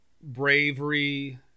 bravery